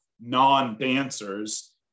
non-dancers